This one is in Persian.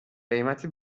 قیمت